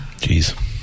Jeez